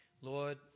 Lord